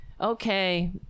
okay